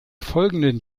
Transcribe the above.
folgenden